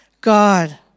God